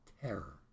terror